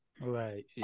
Right